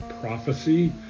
prophecy